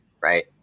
right